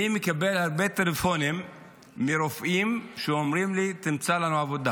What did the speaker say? אני מקבל הרבה טלפונים מרופאים שאומרים לי: תמצא לנו עבודה.